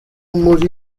muri